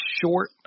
short